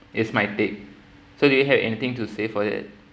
is my take so do you have anything to say for that